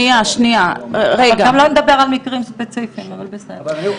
אבל גם לא נדבר על מקרים ספציפיים אבל בסדר.